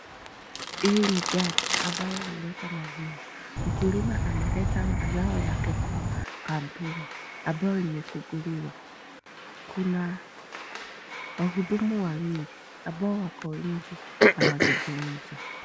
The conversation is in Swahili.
Hii ni gari ambayo huleta maziwa. Mkulima ameleta mazao yake kwa kampuni ambayo imefunguliwa, kuna wahudumu wawili ambao wako nje wanazungumza.